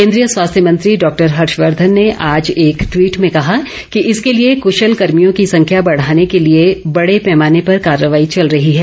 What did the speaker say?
केन्द्रीय स्वास्थ्य मंत्री डॉक्टर हर्षवर्धन ने आज एक टवीट में कहा कि इसके लिए कशल कर्मियों की संख्या बढ़ाने के लिए बडे पैमाने पर कार्रवाई चल रही है